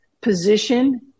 position